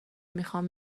میخوام